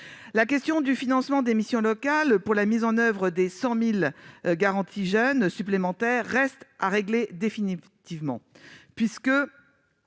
la question du financement des missions locales pour la mise en oeuvre des 100 000 garanties jeunes supplémentaires reste à régler définitivement.